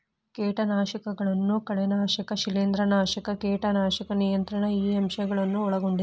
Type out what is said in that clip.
ಕೇಟನಾಶಕಗಳನ್ನು ಕಳೆನಾಶಕ ಶಿಲೇಂಧ್ರನಾಶಕ ಕೇಟನಾಶಕ ನಿಯಂತ್ರಣ ಈ ಅಂಶ ಗಳನ್ನು ಒಳಗೊಂಡಿದೆ